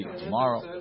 tomorrow